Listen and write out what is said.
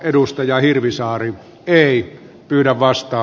james hirvisaari ei kyllä vastaa